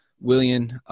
William